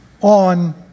on